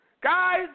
guys